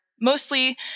mostly